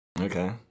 Okay